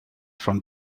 from